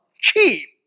cheap